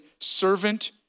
servant